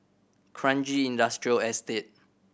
Kranji Industrial Estate